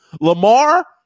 Lamar